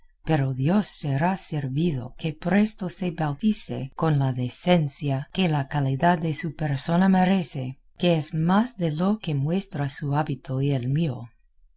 pero dios será servido que presto se bautice con la decencia que la calidad de su persona merece que es más de lo que muestra su hábito y el mío